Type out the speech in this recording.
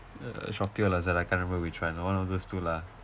uh Shopee or Lazada can't remember which one one of those two lah